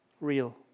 Real